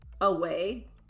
away